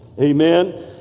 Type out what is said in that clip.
Amen